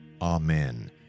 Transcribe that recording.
Amen